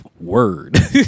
Word